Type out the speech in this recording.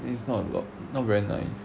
it's not a lot not very nice